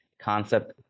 concept